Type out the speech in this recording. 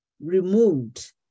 removed